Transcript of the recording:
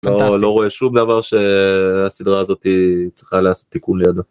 לא רואה שום דבר שהסדרה הזאתי צריכה לעשות תיקון לידו.